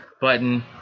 button